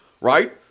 right